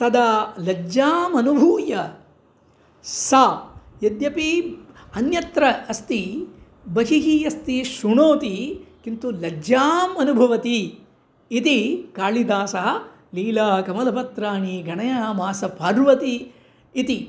तदा लज्जामनुभूय सा यद्यपि अन्यत्र अस्ति बहिः अस्ति श्रुणोति किन्तु लज्जाम् अनुभवति इति कालिदासः लीलाकमलपत्राणि गणयामासपार्वती इति